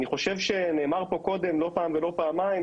אני חושב שנאמר פה קודם לא פעם ולא פעמיים,